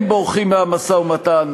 הם בורחים מהמשא-ומתן,